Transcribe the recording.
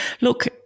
Look